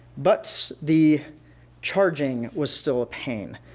but the charging was still a pain.